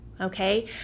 okay